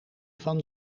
van